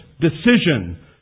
decision